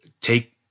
take